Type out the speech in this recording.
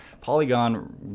Polygon